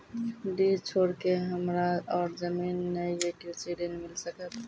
डीह छोर के हमरा और जमीन ने ये कृषि ऋण मिल सकत?